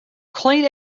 clean